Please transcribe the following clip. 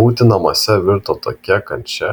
būti namuose virto tokia kančia